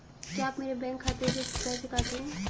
क्या आप मेरे बैंक खाते से पैसे काटेंगे?